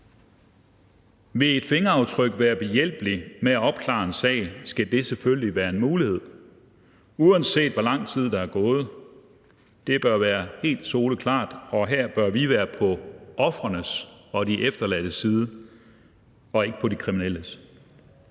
Vil et fingeraftryk hjælpe med til at opklare en sag, skal det selvfølgelig være en mulighed, uanset hvor lang tid der er gået. Det bør være helt soleklart, og her bør vi være på ofrenes og de efterladtes side og ikke på de kriminelles.